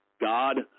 God